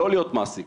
לא להיות מעסיק